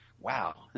Wow